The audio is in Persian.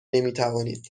نمیتوانید